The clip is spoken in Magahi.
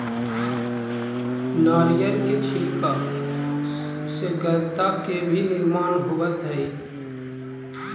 नारियर के छिलका से गद्दा के भी निर्माण होवऽ हई